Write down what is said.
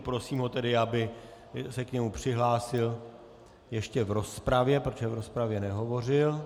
Prosím ho tedy, aby se k němu přihlásil ještě v rozpravě, protože v rozpravě nehovořil.